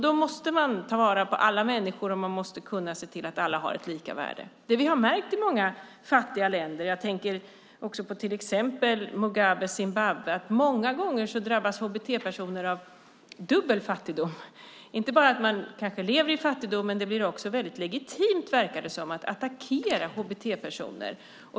Då måste man ta vara på alla människor och man måste se till att alla har ett lika värde. Det vi har märkt i många fattiga länder, jag tänker på till exempel Mugabes Zimbabwe, är att hbt-personer ofta drabbas av dubbel fattigdom. Det är inte bara att de lever i fattigdom, men det verkar som att det blir legitimt att attackera hbt-personer.